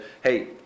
hey